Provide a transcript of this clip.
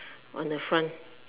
on the front